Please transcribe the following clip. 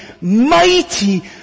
mighty